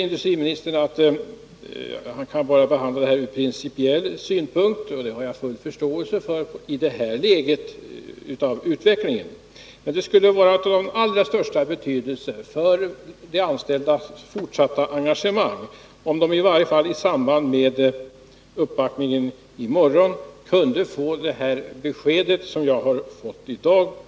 Industriministern säger att han kan behandla denna fråga bara ur principiell synpunkt. Det har jag förståelse för i detta läge av utvecklingen. Men det skulle vara av allra största betydelse för de anställdas fortsatta engagemang, om de i varje fall i samband med uppvaktningen i departementet i morgon kunde få det besked som jag har fått i dag.